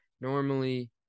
normally